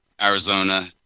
arizona